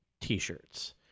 T-shirts